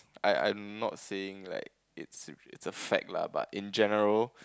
I I not saying like it's a fact lah but in general